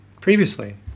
previously